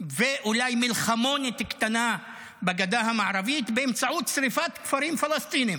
ואולי מלחמונת קטנה בגדה המערבית באמצעות שרפת כפרים פלסטיניים.